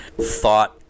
thought